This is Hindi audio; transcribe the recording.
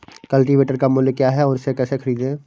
कल्टीवेटर का मूल्य क्या है और इसे कैसे खरीदें?